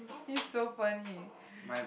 it's so funny